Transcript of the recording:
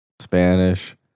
Spanish